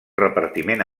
repartiment